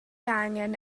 angen